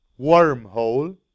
wormhole